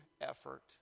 effort